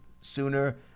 sooner